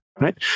Right